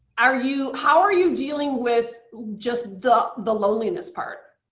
are you, how are you dealing with just the the loneliness part?